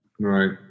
right